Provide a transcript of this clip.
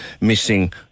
missing